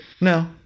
No